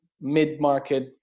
mid-market